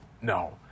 No